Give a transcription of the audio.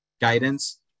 guidance